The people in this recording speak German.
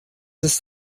ist